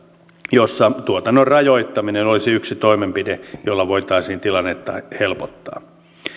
jossa tuotannon rajoittaminen olisi yksi toimenpide jolla voitaisiin tilannetta helpottaa